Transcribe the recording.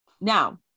Now